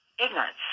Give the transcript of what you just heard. Ignorance